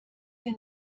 wir